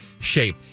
shape